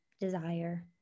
desire